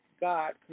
God